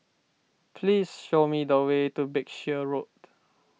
please show me the way to Berkshire Road